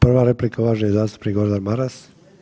Prva replika uvaženi zastupnik Gordan Maras.